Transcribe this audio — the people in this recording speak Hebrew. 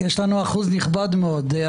יש לנו אחוז נכבד מאוד.